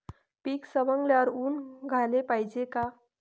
पीक सवंगल्यावर ऊन द्याले पायजे का?